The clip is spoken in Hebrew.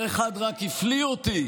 דבר אחד רק הפליא אותי,